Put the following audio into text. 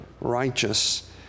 righteous